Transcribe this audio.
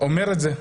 אומר את זה,